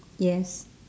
yes